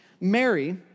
Mary